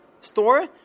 store